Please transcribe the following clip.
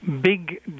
big